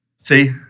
See